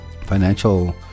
financial